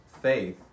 faith